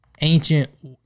ancient